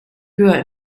höher